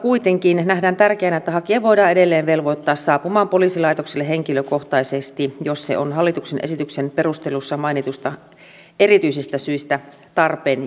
kuitenkin nähdään tärkeänä että hakija voidaan edelleen velvoittaa saapumaan poliisilaitokselle henkilökohtaisesti jos se on hallituksen esityksen perusteluissa mainituista erityisistä syistä tarpeen